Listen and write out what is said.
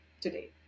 today